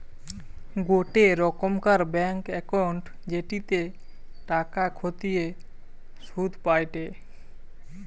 গোটে রোকমকার bank account জেটিতে টাকা খতিয়ে শুধ পায়টে